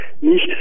nicht